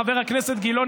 חבר הכנסת גילאון,